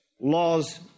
laws